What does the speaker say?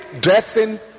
dressing